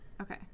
Okay